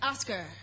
Oscar